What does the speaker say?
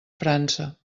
frança